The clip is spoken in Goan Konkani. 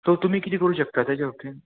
सो तुमी किदें करूं शकता तेज्या वटेन